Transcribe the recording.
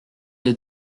les